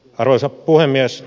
arvoisa puhemies